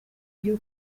ibyo